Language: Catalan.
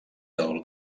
del